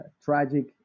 tragic